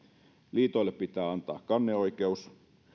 liitoille pitää antaa kanneoikeus